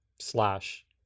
slash